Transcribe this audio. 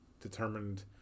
determined